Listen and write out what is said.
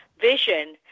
vision